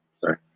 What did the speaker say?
sorry